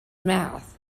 mouth